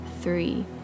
three